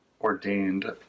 ordained